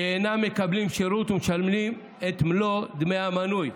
שאינם מקבלים שירות ומשלמים את מלוא דמי המינוי.